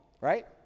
right